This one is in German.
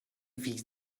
wie